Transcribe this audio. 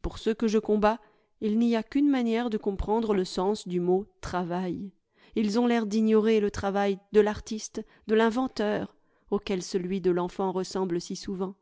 pour ceux que je combats il n'y a qu'une manière de comprendre le sens du mot travail ils ont l'air d'ignorer le travail de l'artiste de l'inventeur auquel celui de l'enfant ressemble si souvent